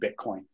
Bitcoin